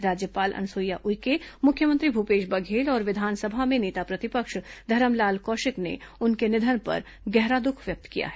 राज्यपाल अनसुईया उइके मुख्यमंत्री भूपेश बघेल और विधानसभा में नेता प्रतिपक्ष धरमलाल कौशिक ने उनके निधन पर गहरा दुख व्यक्त किया है